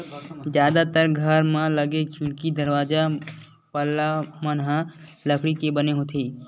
जादातर घर म लगे खिड़की, दरवाजा, पल्ला मन ह लकड़ी के बने होथे